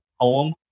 poem